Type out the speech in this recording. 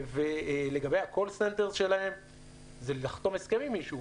לגבי --- זה לחתום הסכם עם מישהו,